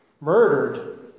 murdered